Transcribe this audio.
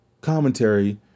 commentary